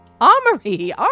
armory